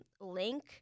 link